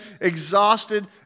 exhausted